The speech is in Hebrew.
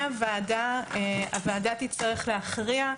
הוועדה תצטרך להכריע,